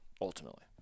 ultimately